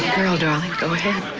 girl, darling. go ahead.